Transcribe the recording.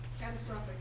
catastrophic